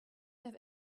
have